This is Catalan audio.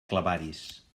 clavaris